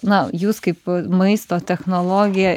na jūs kaip maisto technologė